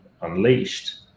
unleashed